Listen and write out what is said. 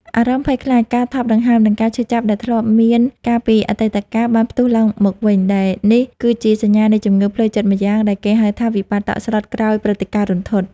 អារម្មណ៍ភ័យខ្លាច ការថប់ដង្ហើម និងការឈឺចាប់ដែលធ្លាប់មានកាលពីអតីតកាល បានផ្ទុះឡើងមកវិញ ដែលនេះគឺជាសញ្ញានៃជំងឺផ្លូវចិត្តម្យ៉ាងដែលគេហៅថា វិបត្តិតក់ស្លុតក្រោយព្រឹត្តិការណ៍រន្ធត់។